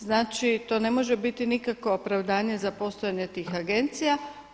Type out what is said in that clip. Znači to ne može biti nikakvo opravdanje za postojanje tih agencija.